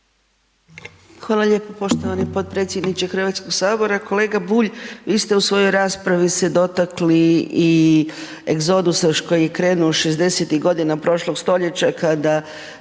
Hvala lijepo poštovani potpredsjedniče Hrvatskog sabora. Kolega Bulj vi ste u svojoj raspravi se dotakli i egzodusa još koji je krenuo šezdesetih godina prošloga stoljeća kada